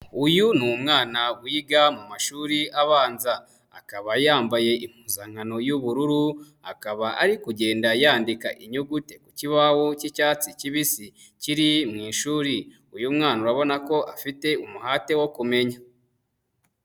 Uyu ni umwana wiga mu mumashuri abanza, akaba yambaye impuzankano y'ubururu akaba ari kugenda yandika inguti kibaho cy'icyatsi kibisi kiri mu ishuri. Uyu mwana urabona ko afite umuhate wo kumenya.